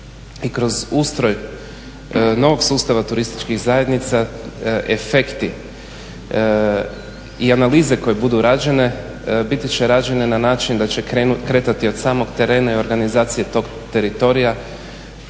i kroz ustroj novog sustava turističkih zajednica efekti i analize koje budu rađene biti će rađene na način da će kretati od samog terena i organizacije tog teritorija